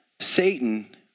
Satan